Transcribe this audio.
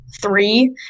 three